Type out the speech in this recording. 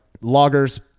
loggers